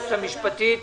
היועצת המשפטית,